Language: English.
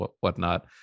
whatnot